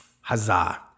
Huzzah